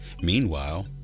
Meanwhile